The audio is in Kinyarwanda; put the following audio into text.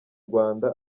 rwanda